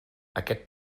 aquest